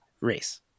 Race